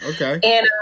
Okay